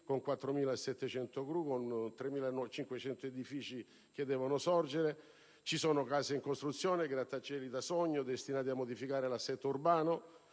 con 4.700 gru, con 3.500 edifici che devono sorgere, con case in costruzione, grattacieli da sogno destinati a modificare l'assetto urbano,